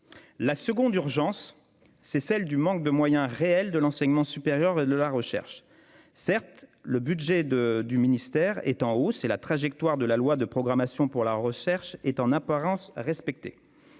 Deuxième urgence : le manque de moyens réels de l'enseignement supérieur et de la recherche. Certes, le budget du ministère est en hausse et la trajectoire prévue dans la loi de programmation de la recherche est en apparence respectée.